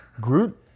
Groot